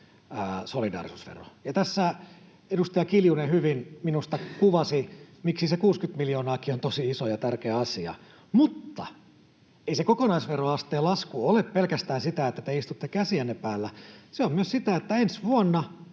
solidaarisuusvero. Tässä edustaja Kiljunen hyvin minusta kuvasi, miksi se 60 miljoonaakin on tosi iso ja tärkeä asia. Mutta ei se kokonaisveroasteen lasku ole pelkästään sitä, että te istutte käsienne päällä, vaan se on myös sitä, että ensi vuonna,